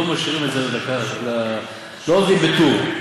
לא משאירים את זה לדקה ה-90, לא עובדים בטור.